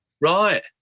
Right